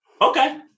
Okay